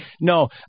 No